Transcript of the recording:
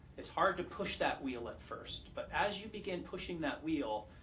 it's hard to push that wheel at first, but as you begin pushing that wheel,